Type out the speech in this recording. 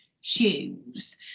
shoes